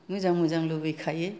मोजां मोजां लुबैखायो